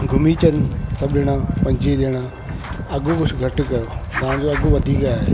घुमी अचनि सभु ॼणा पंजवीह ॼणा अघु कुझु घटि कयो तव्हांजो अघु वधीक आहे